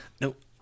Nope